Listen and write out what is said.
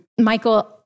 Michael